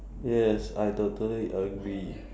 yes I totally agree